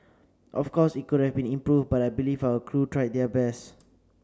of course it could have been improved but I believe our crew tried their best